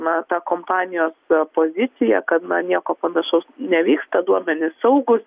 na tą kompanijos poziciją kad na nieko panašaus nevyksta duomenys saugūs